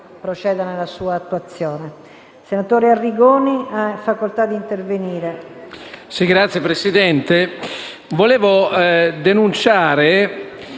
Grazie